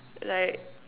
like